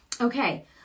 Okay